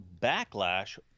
backlash